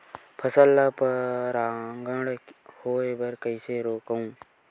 फसल ल परागण होय बर कइसे रोकहु?